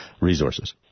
resources